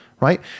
right